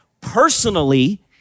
personally